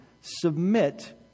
submit